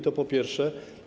To po pierwsze.